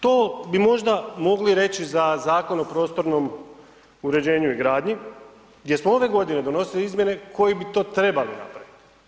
To bi možda mogli reći za zakon o prostornom uređenju i gradnji gdje smo ove godine donosili izmjene koje bi to trebale napraviti.